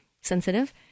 sensitive